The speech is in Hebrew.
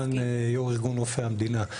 אני יו"ר ארגון רופאי המדינה.